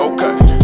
Okay